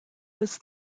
was